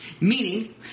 Meaning